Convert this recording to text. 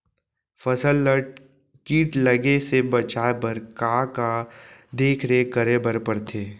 फसल ला किट लगे से बचाए बर, का का देखरेख करे बर परथे?